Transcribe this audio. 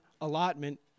allotment